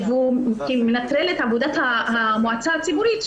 זה מנטרל את עבודת המועצה הציבורית,